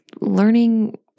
learning